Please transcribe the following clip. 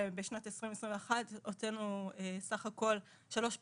בשנת 2021 הוצאנו בסך הכל שלוש פעימות,